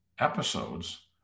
Episodes